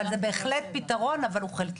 זה בהחלט פתרון, אבל הוא חלקי.